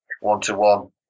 one-to-one